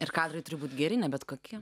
ir kadrai turi būti geri ne bet kokie